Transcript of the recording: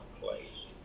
place